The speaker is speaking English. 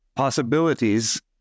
possibilities